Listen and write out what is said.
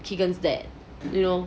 keegan that you know[lor]